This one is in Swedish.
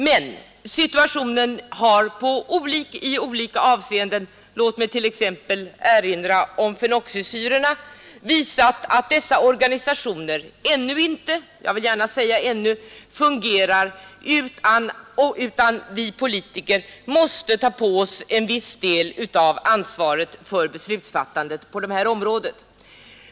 Den situationen har nu i olika avseenden — låt mig t.ex. erinra om fenoxisyrorna — visat att dessa organisationer ännu inte — jag vill gärna betona ännu — fungerar, utan att vi politiker måste ta på oss en viss del av ansvaret för beslutsfattandet på detta område.